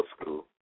school